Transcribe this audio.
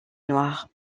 noirs